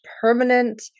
permanent